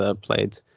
played